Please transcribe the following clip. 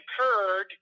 occurred